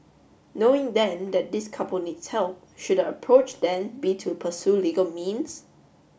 knowing then that this couple needs help should the approach then be to pursue legal means